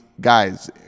guys